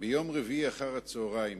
ביום רביעי אחר הצהריים